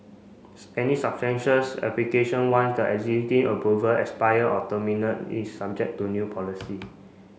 any application once the existing approval expire or terminate is subject to new policy